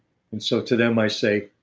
and so to them i say,